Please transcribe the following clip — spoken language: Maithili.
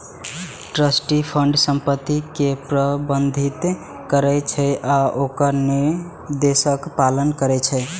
ट्रस्टी फंडक संपत्ति कें प्रबंधित करै छै आ ओकर निर्देशक पालन करै छै